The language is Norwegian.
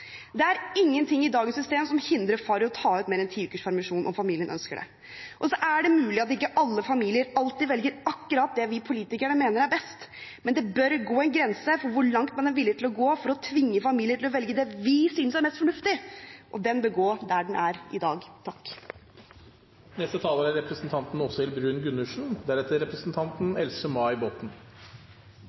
Det er ingenting i dagens system som hindrer far i å ta ut mer enn ti ukers permisjon om familien ønsker det. Det er mulig at ikke alle familier alltid velger akkurat det vi politikere mener er best, men det bør gå en grense for hvor langt man er villig til å gå for å tvinge familier til å velge det vi synes er mest fornuftig. Den bør gå der den er i dag.